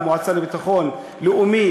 המועצה לביטחון לאומי,